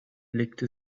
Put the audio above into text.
legte